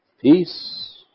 Peace